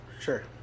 Sure